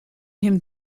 him